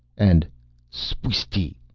and s'pweestee!